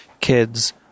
kids